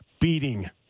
beating